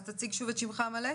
אז תציג שוב את שמך המלא.